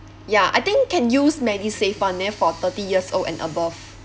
ya I think can use medisave one then for thirty years old and above